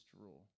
rule